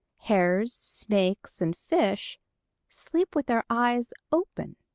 hares, snakes and fish sleep with their eyes open.